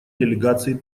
делегации